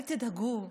אל תדאגו,